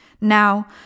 Now